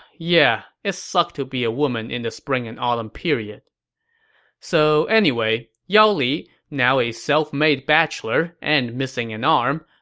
yeah, it sucked to be a woman in the spring and autumn period so anyway, yao li, now a self-made bachelor and missing an arm,